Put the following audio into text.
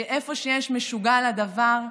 ואיפה שיש משוגע לדבר,